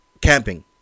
camping